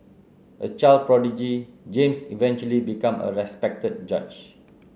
a child prodigy James eventually become a respected judge